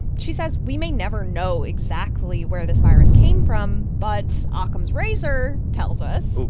she says we may never know exactly where this virus came from. but occam's razor tells us. oh,